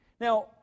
Now